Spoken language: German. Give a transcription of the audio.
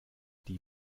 die